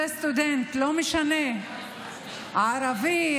לא משנה אם הוא ערבי,